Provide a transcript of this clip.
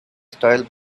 style